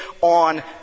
on